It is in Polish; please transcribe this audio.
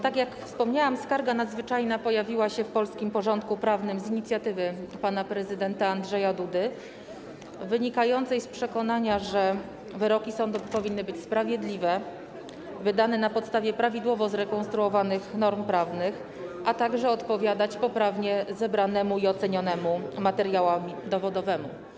Tak jak wspomniałam, skarga nadzwyczajna pojawiła się w polskim porządku prawnym z inicjatywy pana prezydenta Andrzeja Dudy wynikającej z przekonania, że wyroki sądów powinny być sprawiedliwe i wydane na podstawie prawidłowo zrekonstruowanych norm prawnych, a także odpowiadać poprawnie zebranemu i ocenionemu materiałowi dowodowemu.